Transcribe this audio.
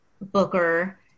Booker –